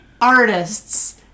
artists